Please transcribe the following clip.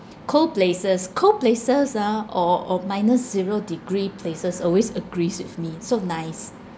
cold places cold places ah or or minus zero degree places always agrees with me so nice